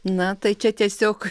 na tai čia tiesiog